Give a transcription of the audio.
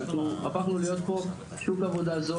הפכנו להיות פה שוק עבודה זול.